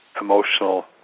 emotional